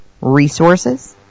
resources